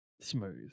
smooth